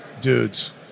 dudes